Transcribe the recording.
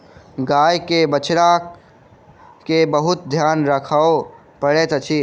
गाय के बछड़ा के बहुत ध्यान राखअ पड़ैत अछि